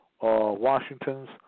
Washington's